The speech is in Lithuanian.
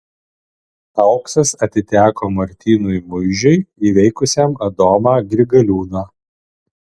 auksas atiteko martynui muižiui įveikusiam adomą grigaliūną